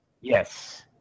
Yes